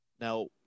Now